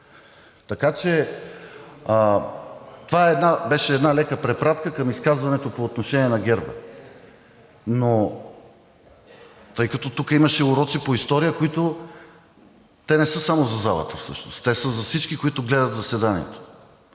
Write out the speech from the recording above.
гърдите. Това беше една лека препратка към изказването по отношение на герба. Тъй като тук имаше уроци по история обаче, които не са само за залата всъщност, те са за всички, които гледат заседанието,